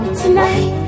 tonight